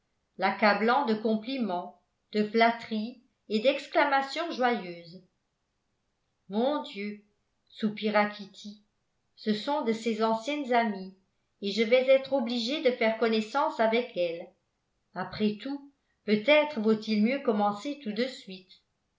l'accablant de compliments de flatteries et d'exclamations joyeuses mon dieu soupira kitty ce sont de ses anciennes amies et je vais être obligée de faire connaissance avec elles après tout peut-être vaut-il mieux commencer tout de suite